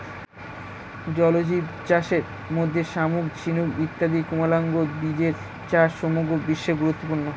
জলজীবচাষের মধ্যে শামুক, ঝিনুক ইত্যাদি কোমলাঙ্গ জীবের চাষ সমগ্র বিশ্বে গুরুত্বপূর্ণ